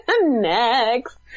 next